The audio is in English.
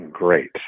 great